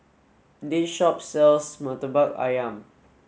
this shop sells Murtabak Ayam